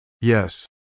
Yes